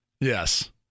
Yes